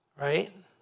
right